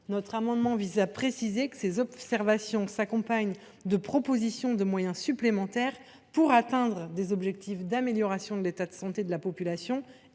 Notre amendement vise à préciser que ces observations s’accompagnent de propositions de moyens supplémentaires pour atteindre des objectifs d’amélioration de l’état de santé de la population